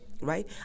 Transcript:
right